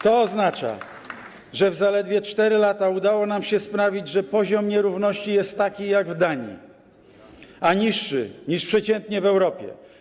To oznacza, że w zaledwie 4 lata udało nam się sprawić, że poziom nierówności jest taki, jak w Danii, a niższy niż przeciętnie w Europie.